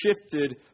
shifted